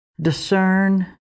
discern